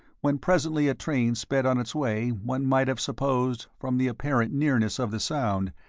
when presently a train sped on its way one might have supposed, from the apparent nearness of the sound,